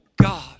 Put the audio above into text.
God